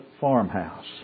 farmhouse